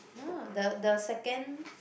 ah the the second